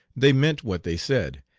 they meant what they said,